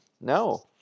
no